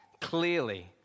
clearly